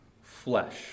flesh